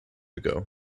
ago